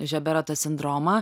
žiobero tą sindromą